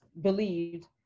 believed